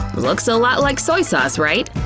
looks a lot like soy sauce, right?